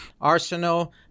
Arsenal